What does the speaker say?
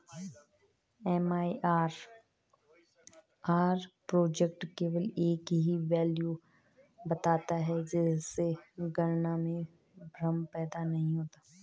MIRR project केवल एक ही वैल्यू बताता है जिससे गणना में भ्रम पैदा नहीं होता है